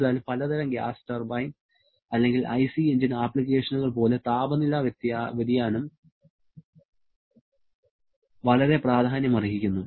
എന്നിരുന്നാലും പലതരം gas turbine അല്ലെങ്കിൽ ഐസി എഞ്ചിൻ ആപ്ലിക്കേഷനുകൾ പോലെ താപനില വ്യതിയാനം വളരെ പ്രാധാന്യമർഹിക്കുന്നു